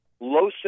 low